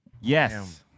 Yes